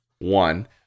one